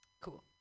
Cool